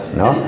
no